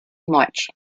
march